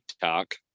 talk